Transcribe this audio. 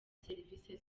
serivisi